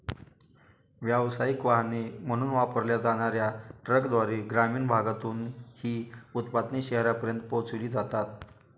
व्यावसायिक वाहने म्हणून वापरल्या जाणार्या ट्रकद्वारे ग्रामीण भागातून ही उत्पादने शहरांपर्यंत पोहोचविली जातात